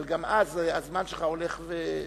אבל גם אז הזמן שלך הולך ומתקצר.